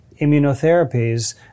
immunotherapies